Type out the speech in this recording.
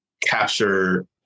capture